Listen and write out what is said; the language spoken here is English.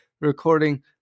recording